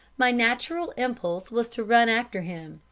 my natural impulse was to run after him,